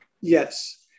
Yes